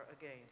again